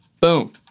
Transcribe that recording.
Boom